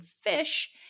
fish